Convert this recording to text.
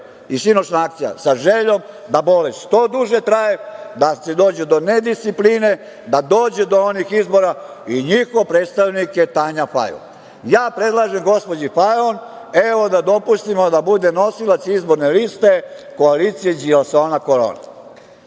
na stepeništu sa željom da bolest što duže traje, da se dođe do nediscipline, da dođe do ovih izbora. Njihov predstavnik je Tanja Fajon. Ja predlažem gospođi Fajon, evo, da dopustimo da bude nosilac izborne liste koalicije "đilasovna